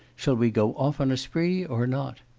shall we go off on a spree, or not